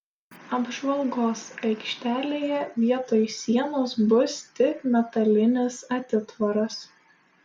apžvalgos aikštelėje vietoj sienos bus tik metalinis atitvaras